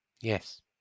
Yes